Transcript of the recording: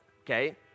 okay